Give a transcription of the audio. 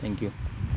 thank you